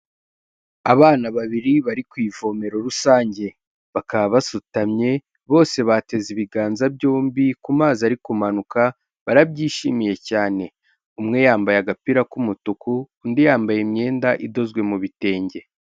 Abana babiri bari ku ivomero rusange, bakaba basutamye, bose bateze ibiganza byombi ku mazi ari kumanuka, barabyishimiye cyane. Umwe yambaye agapira k'umutuku, undi yambaye imyenda idozwe mu bitenge.